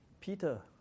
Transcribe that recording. Peter